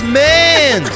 man